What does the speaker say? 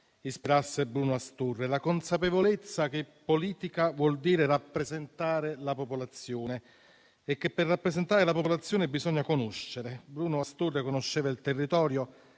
ispirasse Bruno Astorre: la consapevolezza che politica vuol dire rappresentare la popolazione e che, per rappresentare la popolazione, bisogna conoscere. Bruno Astorre conosceva il territorio